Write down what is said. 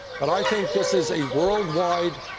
but i think this is a worldwide